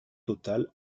total